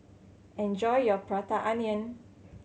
enjoy your Prata Onion